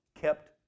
kept